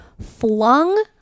flung